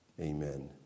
Amen